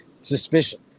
suspicion